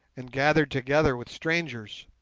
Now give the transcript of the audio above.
and gathered together with strangers